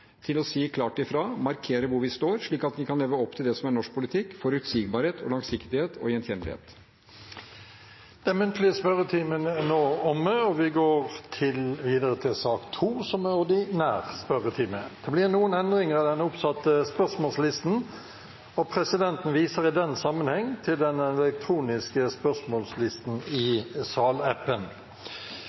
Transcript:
til å si klart ifra og markere hvor vi står, slik at vi kan leve opp til det som er norsk politikk, forutsigbarhet, langsiktighet og gjenkjennelighet. Den muntlige spørretimen er omme. Det blir noen endringer i den oppsatte spørsmålslisten, og presidenten viser i den sammenheng til den elektroniske spørsmålslisten i salappen.